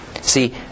See